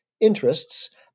interests